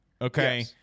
okay